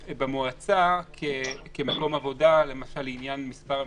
במועצה כמקום עבודה, למשל לעניין מספר המשתתפים.